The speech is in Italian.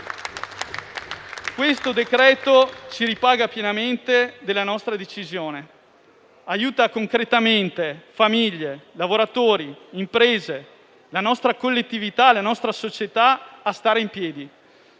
esame ci ripaga pienamente della nostra decisione: aiuta concretamente famiglie, lavoratori, imprese, la nostra collettività, la nostra società a stare in piedi,